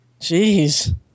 Jeez